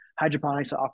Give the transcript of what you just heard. hydroponics